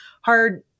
hard